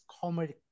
comedy